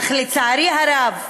אך לצערי הרב,